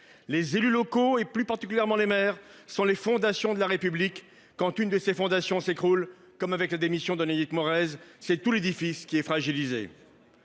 Les élus locaux et plus particulièrement les maires sont les fondations de la République quand une de ces fondations s'écroule comme avec la démission Edith Morel. C'est tout l'édifice qui est fragilisé.